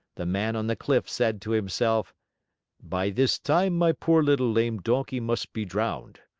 the man on the cliff said to himself by this time my poor little lame donkey must be drowned.